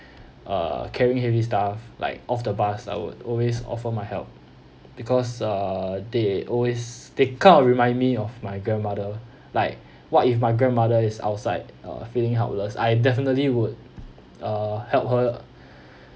uh carrying heavy stuff like off the bus I would always offer my help because uh they always they kind of remind me of my grandmother like what if my grandmother is outside uh feeling helpless I definitely would uh help her